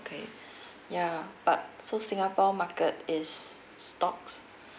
okay yeah but so singapore market is stocks